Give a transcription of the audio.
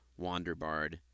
Wanderbard